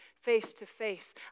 face-to-face